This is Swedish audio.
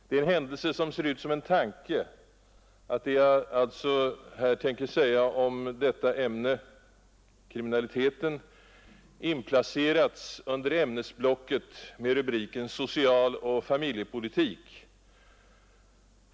Det är en händelse som ser ut som en tanke att det jag tänkt säga om detta ämne, kriminaliteten, inplacerats under ämnesblocket ”Socialoch familjepolitik”.